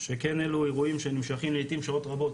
שכן אלו אירועים שנמשכים לעיתים שעות רבות.